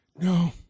No